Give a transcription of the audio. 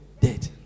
dead